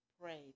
pray